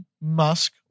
Musk